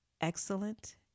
excellent